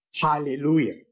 Hallelujah